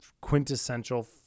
quintessential